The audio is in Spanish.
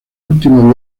último